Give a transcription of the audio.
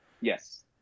Yes